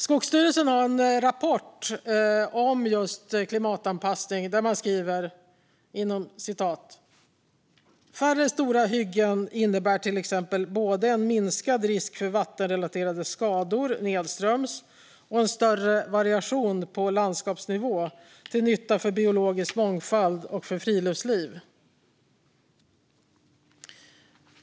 Skogsstyrelsen har en rapport om just klimatanpassning där man skriver: "Färre stora hyggen innebär till exempel både en minskad risk för vattenrelaterade skador nedströms och en större variation på landskapsnivå till nytta för biologisk mångfald och friluftsliv."